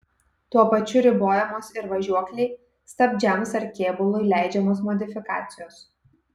tuo pačiu ribojamos ir važiuoklei stabdžiams ar kėbului leidžiamos modifikacijos